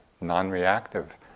non-reactive